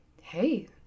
Hey